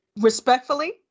respectfully